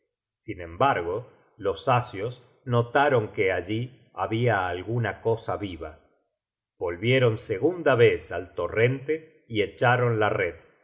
sin embargo los asios notaron que allí habia alguna cosa viva volvieron segunda vez al torrente y echaron la red